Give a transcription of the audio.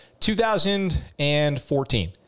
2014